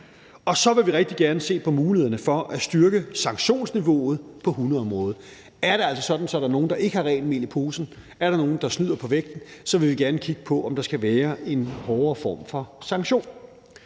Og så vil vi rigtig gerne se på mulighederne for at styrke sanktionsniveauet på hundeområdet. Er det altså sådan, at nogle ikke har rent mel i posen, er der nogen, der snyder på vægten, så vil vi gerne kigge på, om der skal være en hårdere form for sanktion.